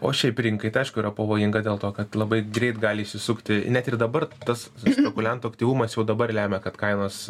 o šiaip rinkai tai aišku yra pavojinga dėl to kad labai greit gali įsisukti net ir dabar tas spekuliantų aktyvumas jau dabar lemia kad kainos